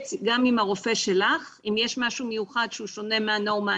להתייעץ גם עם הרופא שלך.." אם יש משהו מיוחד שהוא שונה מהנורמה,